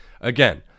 again